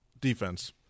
Defense